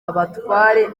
abatware